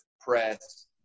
press